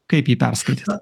kaip jį perskaityt